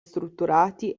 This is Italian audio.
strutturati